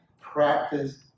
practice